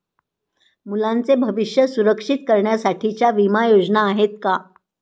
मुलांचे भविष्य सुरक्षित करण्यासाठीच्या विमा योजना आहेत का?